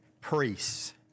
priests